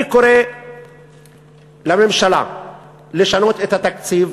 אני קורא לממשלה לשנות את התקציב